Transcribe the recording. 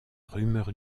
rumeur